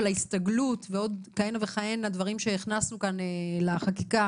ההסתגלות ועוד כהנה וכהנה דברים שהכנסנו כאן לחקיקה